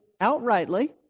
outrightly